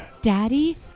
Daddy